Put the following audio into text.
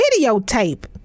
videotape